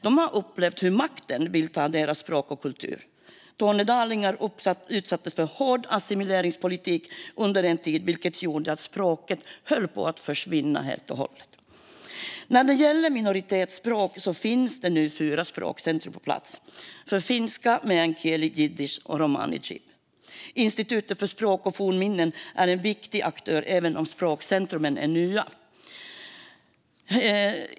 De har upplevt hur makten vill ta deras språk och kultur. Tornedalingar utsattes för hård assimileringspolitik under en tid, vilket gjorde att språket höll på att försvinna helt och hållet. När det gäller minoritetsspråk finns det nu fyra språkcentrum på plats för finska, meänkieli, jiddisch och romani chib. Institutet för språk och folkminnen är en viktig aktör även om språkcentrumen är nya.